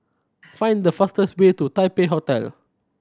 find the fastest way to Taipei Hotel